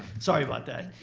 sorry about that.